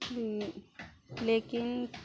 दियौ लेकिन